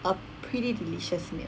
a pretty delicious meal